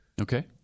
Okay